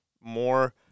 more –